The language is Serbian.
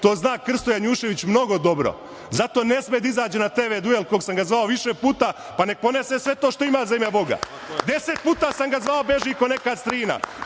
to zna Krsto Janjušević mnogo dobro, i zato ne sme da izađe na tv duel na koji sam ga zvao više puta, pa nek ponese sve to što ima, za ime Boga. Deset puta sam ga zvao, beži kao neka strina,